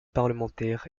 parlementaire